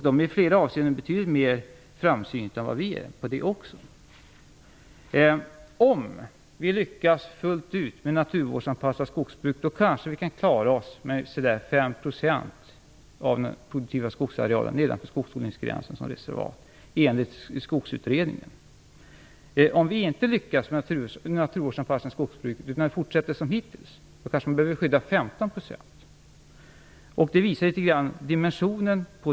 De är i flera avseenden betydligt mer framsynta än vad vi är på det området. Om vi lyckas fullt ut med att naturvårdsanpassa skogsbruket, kanske vi kan klara oss med ca 5 % av den produktiva skogsarealen nedanför skogsodlingsgränsen som reservat enligt Skogsutredningen. Om vi inte lyckas med att naturvårdsanpassa skogsbruket utan fortsätter som hittills, behöver vi kanske skydda 15 %. Det visar litet på dimensionerna.